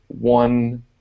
one